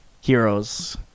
heroes